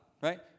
Right